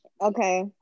Okay